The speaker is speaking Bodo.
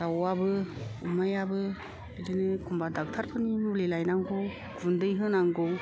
दावाबो अमायाबो बिदिनो एखमबा डक्टर फोरनि मुलि लायनांगौ गुन्दै होनांगौ